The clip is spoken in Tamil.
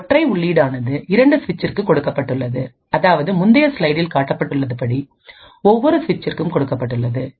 ஒரு ஒற்றை உள்ளீடு ஆனதுஇரண்டு சுவிட்சிற்கும் கொடுக்கப்பட்டுள்ளது அதாவது முந்தைய ஸ்லைடில் காட்டப்பட்டுள்ளபடி ஒவ்வொரு சுவிட்சிற்கும் கொடுக்கப்பட்டுள்ளது